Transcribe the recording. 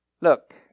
Look